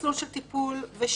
גם מסלול של טיפול ושיקום,